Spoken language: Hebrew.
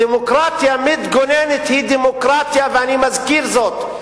דמוקרטיה מתגוננת היא דמוקרטיה, ואני מזכיר זאת,